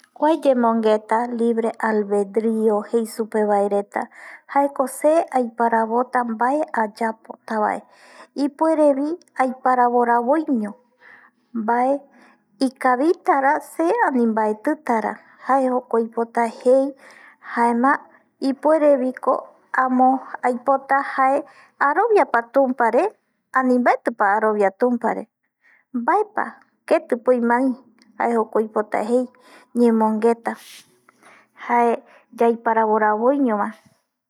Kuae yemongueta libre alberdrio jei supeva reta jaeko se aiparavota mbae ayapotavae, ipuerevi aiparavo ravoiño mbae ikavitara se ani mbaetitara jae jokua oipota jei jaema ipuereviko amo aipota jae aroviapa tumpare ani mbaetipa arovia tumpare, mbaepa ketipa oime äi jae jokua oipota jei ñemongueta jae yaiparavo ravoiñova